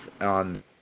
on